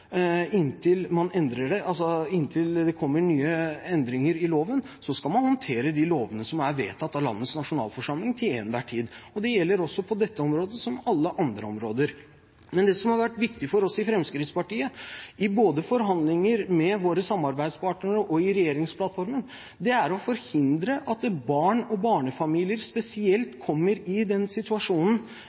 inntil man endrer den. Inntil det kommer nye endringer i loven, skal man håndtere de lovene som er vedtatt av landets nasjonalforsamling til enhver tid. Det gjelder på dette området som på alle andre områder. Men det som har vært viktig for oss i Fremskrittspartiet, både i forhandlinger med våre samarbeidspartnere og i regjeringsplattformen, er å forhindre at spesielt barn og barnefamilier kommer i